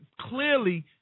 clearly